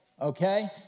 okay